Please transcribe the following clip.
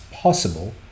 possible